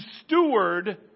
steward